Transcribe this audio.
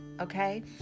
okay